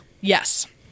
Yes